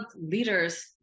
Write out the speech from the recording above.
Leaders